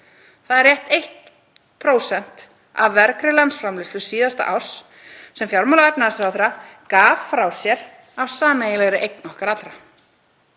Það er rétt 1% af vergri landsframleiðslu síðasta árs sem fjármála- og efnahagsráðherra gaf frá sér af sameiginlegri eign okkar allra.